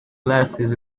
glasses